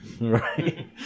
Right